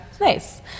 Nice